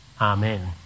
amen